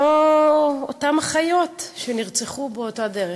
אחיות שנרצחו באותה דרך.